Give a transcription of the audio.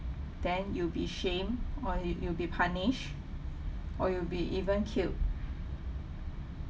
then you'll be shame or you you'll be punished or you'll be even killed